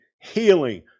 healing